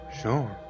sure